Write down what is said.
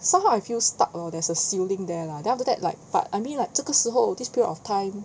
somehow I feel stuck lor there's a sealing there lah then after that like but I mean like 这个时候 this period of time